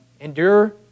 endure